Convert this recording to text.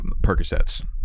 percocets